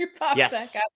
Yes